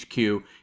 HQ